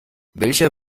welcher